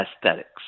aesthetics